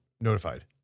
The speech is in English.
notified